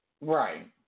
Right